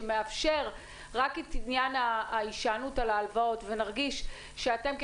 שמאפשר רק את עניין ההישענות על ההלוואות ונרגיש שאתם,